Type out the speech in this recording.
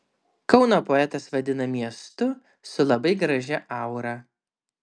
kauną poetas vadina miestu su labai gražia aura